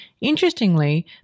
Interestingly